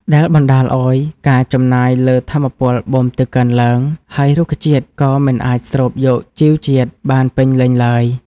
ដែលបណ្ដាលឱ្យការចំណាយលើថាមពលបូមទឹកកើនឡើង ហើយរុក្ខជាតិក៏មិនអាចស្រូបយកជីវជាតិបានពេញលេញឡើយ។